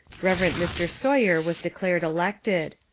rev. mr. sawyer was declared elected.